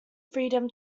freedom